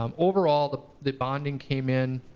um overall the the bonding came in.